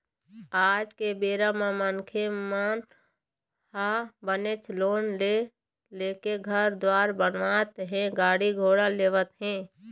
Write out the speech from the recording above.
आज के बेरा म मनखे मन ह बनेच लोन ले लेके घर दुवार बनावत हे गाड़ी घोड़ा लेवत हें